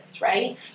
right